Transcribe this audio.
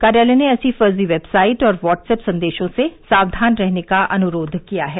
कार्यालय ने ऐसे फर्जी वेबसाइट और व्हाट्सअप संदेशों से सावधान रहने का अनुरोध किया है